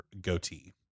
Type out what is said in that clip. goatee